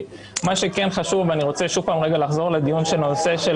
מה שכן חשוב, ואני רוצה שוב פעם לחזור לנושא של